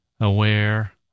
aware